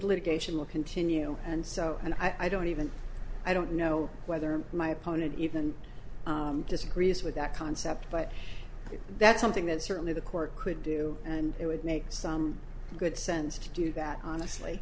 litigation will continue and so and i don't even i don't know whether my opponent even disagrees with that concept but that's something that certainly the court could do and it would make some good sense to do that honestly